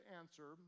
answer